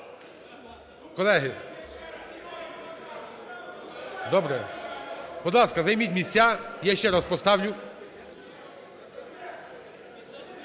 залі) Добре. Будь ласка, займіть місця. Я ще раз поставлю.